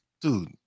dude